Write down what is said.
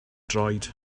droed